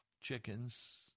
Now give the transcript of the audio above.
chickens